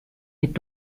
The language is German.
mit